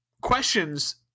questions